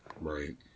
Right